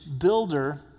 builder